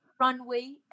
runway